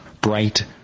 bright